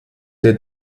der